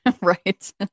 Right